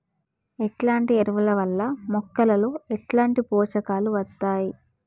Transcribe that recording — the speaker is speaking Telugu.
ఎట్లాంటి ఎరువుల వల్ల మొక్కలలో ఎట్లాంటి పోషకాలు వత్తయ్?